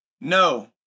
No